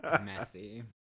messy